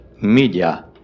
media